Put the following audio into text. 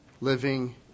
living